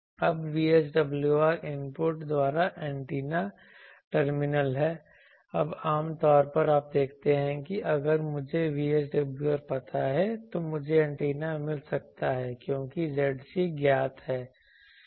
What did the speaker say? अब VSWR input द्वारा antenna terminal है अब आम तौर पर आप देखते हैं कि अगर मुझे VSWR पता है तो मुझे एंटीना मिल सकता है क्योंकि Zc ज्ञात है